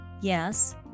Yes